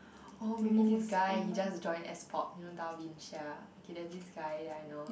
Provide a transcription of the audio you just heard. oh maybe this guy he just join S-pop you know Darwin-Chia okay there's this guy that I know